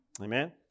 Amen